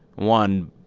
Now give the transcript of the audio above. one,